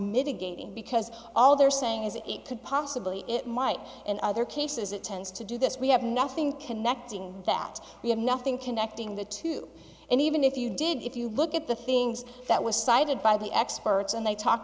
mitigating because all they're saying is it could possibly it might in other cases it tends to do this we have nothing connecting that we have nothing connecting the two and even if you did if you look at the things that was cited by the experts and they talk